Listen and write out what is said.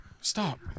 Stop